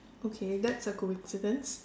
okay that's a coincidence